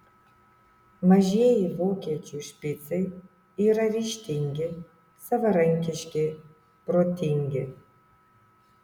mažieji vokiečių špicai yra ryžtingi savarankiški protingi